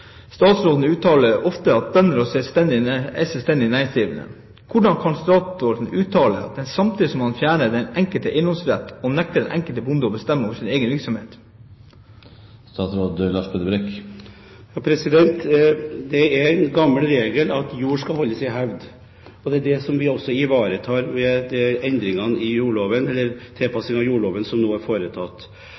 nekter den enkelte bonde å bestemme over sin egen virksomhet? Det er en gammel regel at jord skal holdes i hevd, og det er det vi også ivaretar ved de endringene i jordloven, eller tilpassing av jordloven, som nå er foretatt.